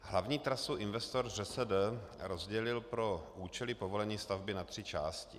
Hlavní trasu investor ŘSD rozdělil pro účely povolení stavby na tři části.